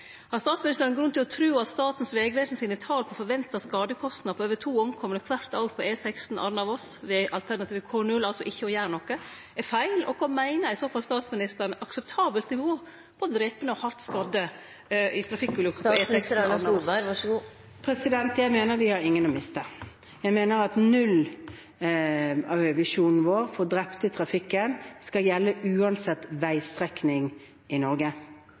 Har statsministeren grunn til å tru at Statens vegvesen sine tal på forventa skadekostnader for to omkomne kvart år på E16 Arna–Voss ved alternativet K0 – altså ikkje å gjere noko – er feil, og kva meiner i så fall statsministeren er akseptabelt nivå på drepne og hardt skadde i trafikkulukker på E16 Arna–Voss? Jeg mener at vi har ingen å miste. Jeg mener at nullvisjonen vår for drepte i trafikken skal gjelde uansett veistrekning i Norge